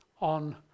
on